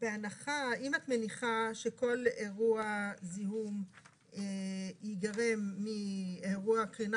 אם את מניחה שכל אירוע זיהום ייגרם מאירוע קרינה